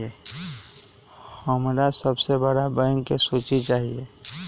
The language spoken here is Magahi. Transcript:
हमरा सबसे बड़ बैंक के सूची चाहि